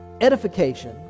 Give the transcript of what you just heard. edification